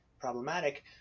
problematic